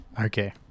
Okay